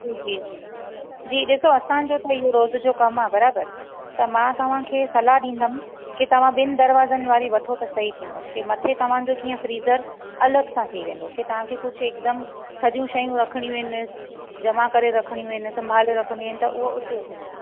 जी जी जी ॾिसो असांजो त इहो रोज़ जो कमु आहे बराबरि त मां तव्हांखे सलाह ॾींदमि कि तव्हां ॿिनि दरवाजनि वारी वठो त सही थींदो कि मथे तव्हांजो कीअं फ्रीज़र अलॻि सां थी वेंदो कि तव्हां खे कुझु हिकदमि थधियूं शयूं रखणियूं इन जमा करे रखणियूं आहिनि संभाले रखणियूं आहिनि त उहो हुते थींदी